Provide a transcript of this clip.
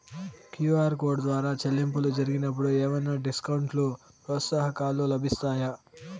QR code ద్వారా చెల్లింపులు జరిగినప్పుడు ఏవైనా డిస్కౌంట్ లు, ప్రోత్సాహకాలు లభిస్తాయా?